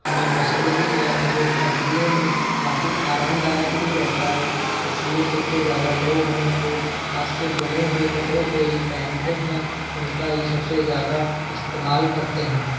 हमें पसंद भी है और वो पहनने में काफ़ी आराम दायक भी रहता है इसलिए सबसे ज़्यादा लोग हैं वो हाथ से बने हुए कपड़ों को ही पहनते हैं उनका ही सबसे ज़्यादा इस्तेमाल करते हैं